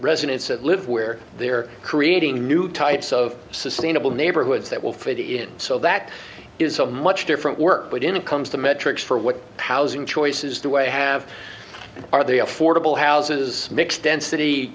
residents that live where they are creating new types of sustainable neighborhoods that will fit in so that is a much different work but in a comes the metrics for what housing choices the way have are they affordable houses mixed density